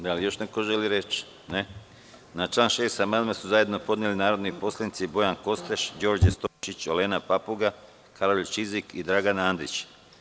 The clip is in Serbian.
Da li još neko reč? (Ne.) Na član 6. amandman su zajedno podneli narodni poslanici Bojan Kostreš, Đorđe Stojšić, Olena Papuga, Karolj Čizik i Dragan Andrić.